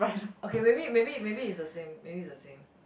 okay maybe maybe maybe is the same maybe is the same